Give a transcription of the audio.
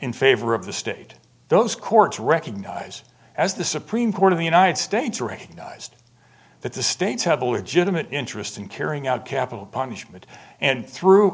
in favor of the state those courts recognize as the supreme court of the united states recognized that the states have a legitimate interest in carrying out capital punishment and through